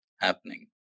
happening